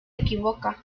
equivoca